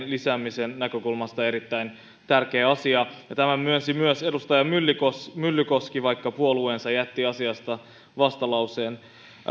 lisäämisen näkökulmasta erittäin tärkeä asia ja tämän myönsi myös edustaja myllykoski myllykoski vaikka puolueensa jätti asiasta vastalauseen